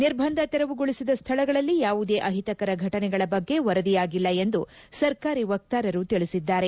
ನಿರ್ಬಂಧ ತೆರವುಗೊಳಿಸಿದ ಸ್ವಳಗಳಲ್ಲಿ ಯಾವುದೇ ಅಹಿತಕರ ಫಟನೆಗಳ ಬಗ್ಗೆ ವರದಿಯಾಗಿಲ್ಲ ಎಂದು ಸರ್ಕಾರಿ ವಕ್ತಾರರು ತಿಳಿಸಿದ್ದಾರೆ